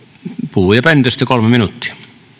puhujapöntöstä kolme minuuttia